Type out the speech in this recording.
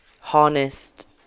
harnessed